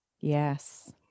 Yes